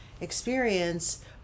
experience